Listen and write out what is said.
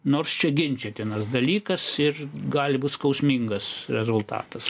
nors čia ginčytinas dalykas ir gali būt skausmingas rezultatas